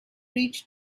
reach